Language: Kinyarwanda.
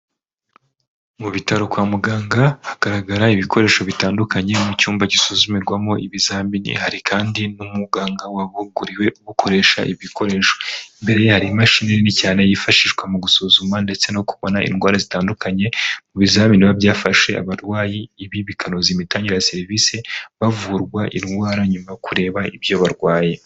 Mu bitaro kwa muganga hagaragara ibikoresho bitandukanye mu cyumba gisuzumirwamo ibizamini, hari kandi n'umuganga wahuguriwe gukoresha ibikoresho, imbere ye hari imashini nini cyane yifashishwa mu gusuzuma ndetse no kubona indwara zitandukanye mu bizamini biba byafashe abarwayi, ibi bikanoza imitangire ya serivisi bavurwa indwara nyuma yo kureba ibyo barwaye.